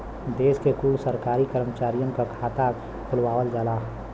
देश के कुल सरकारी करमचारियन क खाता खुलवावल जाला